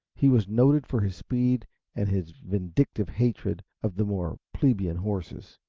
he was noted for his speed and his vindictive hatred of the more plebeian horses,